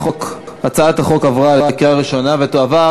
הצעת החוק עברה בקריאה ראשונה ותועבר